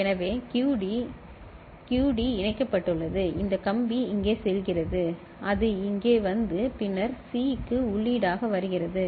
எனவே QD QD இணைக்கப்பட்டுள்ளது இந்த கம்பி இங்கே செல்கிறது அது இங்கே வந்து பின்னர் C க்கு உள்ளீடாக வருகிறது